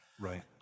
Right